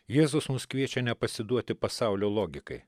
jėzus mus kviečia nepasiduoti pasaulio logikai